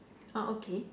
orh okay